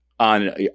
On